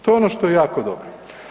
To je ono što je jako dobro.